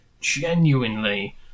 genuinely